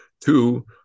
Two